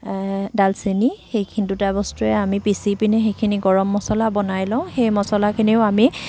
দালচেনি সেইখিনি দুটা বস্তুৱে আমি পিচি পিনি সেইখিনি গৰম মছলা বনাই লওঁ সেই মছলাখিনিও আমি